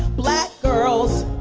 black. girls.